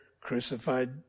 crucified